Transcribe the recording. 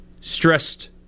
stressed